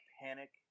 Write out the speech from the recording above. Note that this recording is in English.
panic